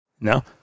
No